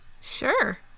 Sure